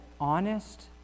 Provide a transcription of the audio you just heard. honest